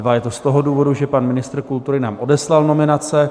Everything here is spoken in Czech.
Je to z toho důvodu, že pan ministr kultury nám odeslal nominace.